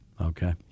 okay